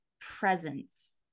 presence